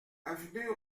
avenue